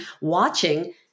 watching